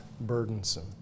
burdensome